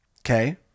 Okay